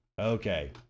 Okay